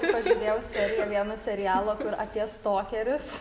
pažiūrėjau seriją vieno serialo kur apie stokerius